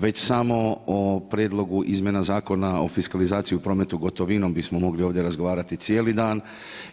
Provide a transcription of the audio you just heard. Već samo o prijedlogu izmjena Zakona o fiskalizaciji u prometu gotovinom bismo mogli ovdje razgovarati cijeli dan